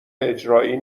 اجرایی